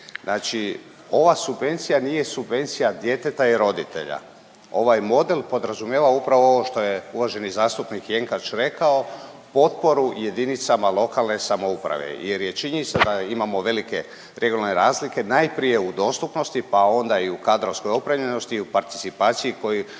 Znači ova subvencija nije subvencija djeteta i roditelja. Ovaj model podrazumijeva upravo ovo što je uvaženi zastupnik Jenkač rekao, potporu jedinicama lokalne samouprave jer je činjenica da imamo velike regionalne razlike, najprije u dostupnosti, pa onda i u kadrovskoj opremljenosti i u participaciji koji